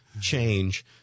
change